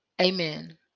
Amen